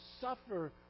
suffer